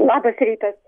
labas rytas